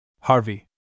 Harvey